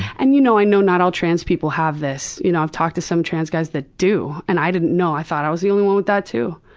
and you know, i know that not all trans people have this. you know i've talked to some trans guys that do and i didn't know. i thought i was the only one with that too.